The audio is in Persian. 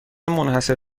منحصر